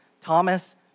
Thomas